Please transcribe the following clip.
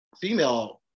female